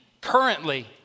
currently